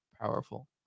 powerful